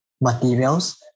materials